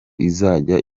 izajya